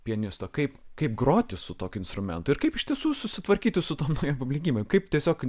pianisto kaip kaip groti su tokiu instrumentu ir kaip iš tiesų susitvarkytų su tom naujom aplinkybėm kaip tiesiog